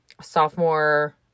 sophomore